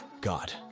God